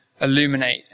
illuminate